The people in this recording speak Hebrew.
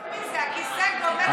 הכיסא גומל אותם,